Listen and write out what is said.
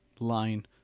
line